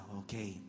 okay